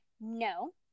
No